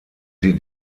sie